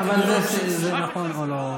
אבל זה נכון או לא?